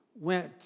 went